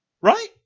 Right